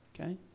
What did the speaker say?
okay